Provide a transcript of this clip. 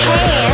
Hey